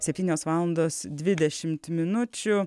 septynios valandos dvidešimt minučių